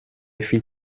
fit